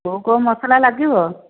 କେଉଁ କେଉଁ ମସଲା ଲାଗିବ